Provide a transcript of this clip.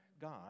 God